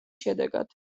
შედეგად